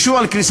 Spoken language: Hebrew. ואולם,